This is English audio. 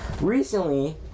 recently